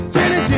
Jenny